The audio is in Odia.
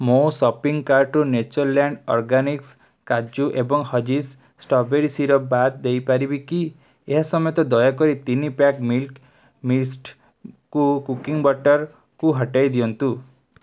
ମୋ ସପିଂ କାର୍ଟ୍ରୁ ନେଚର୍ଲ୍ୟାଣ୍ଡ୍ ଅର୍ଗାନିକ୍ସ୍ କାଜୁ ଏବଂ ହର୍ଷିଜ୍ ଷ୍ଟ୍ରବେରୀ ସିରପ୍ ବାଦ୍ ଦେଇ ପାରିବେ କି ଏହା ସମେତ ଦୟାକରି ତିନି ପ୍ୟାକ୍ ମିଲ୍କି ମିଷ୍ଟ୍ କୁ କୁକିଂ ବଟର୍କୁ ହଟାଇ ଦିଅନ୍ତୁ